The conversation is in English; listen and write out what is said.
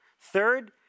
Third